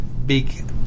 Big